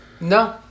No